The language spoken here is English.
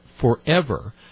forever